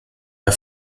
der